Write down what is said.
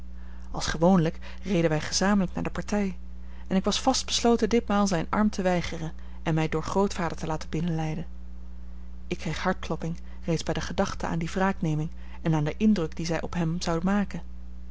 als gewoonlijk reden wij gezamenlijk naar de partij en ik was vast besloten ditmaal zijn arm te weigeren en mij door grootvader te laten binnenleiden ik kreeg hartklopping reeds bij de gedachte aan die wraakneming en aan den indruk dien zij op hem zou maken